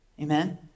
Amen